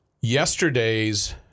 yesterday's